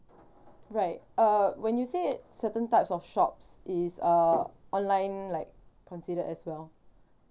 right uh when you said certain types of shops is uh online like considered as well